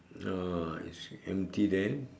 oh it's empty there